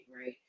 right